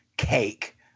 cake